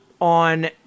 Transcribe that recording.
on